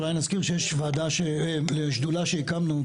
אולי נזכיר שיש שדולה שהקמנו,